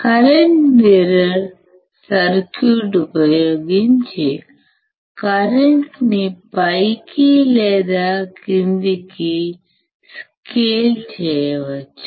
current mirror circuit ఉపయోగించి current ని పైకి లేదా క్రిందికి స్కేల్ చేయవచ్చు